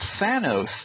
Thanos